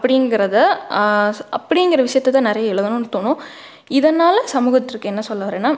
அப்படிங்கறத அப்படிங்கற விஷ்யத்தை தான் நிறைய எழுதணுன்னு தோணும் இதனால் சமூகத்திற்கு என்ன சொல்ல வரன்னா